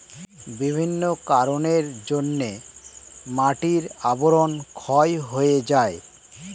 বিভিন্ন কারণের জন্যে মাটির আবরণ ক্ষয় হয়ে যায়